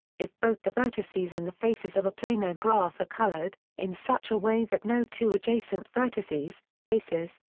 if both the vertices and the faces of a planar graph are colored, in such a way that no two adjacent vertices, faces,